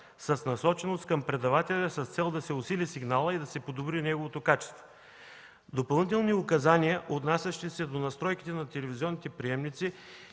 с насоченост към предавателя с цел да се усили сигналът и да се подобри неговото качество. Допълнителни указания, отнасящи се до настройките на телевизионните приемници